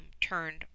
turned